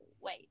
Wait